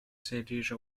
silesia